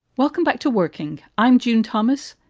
welcome back to working. i'm john thomas.